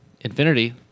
Infinity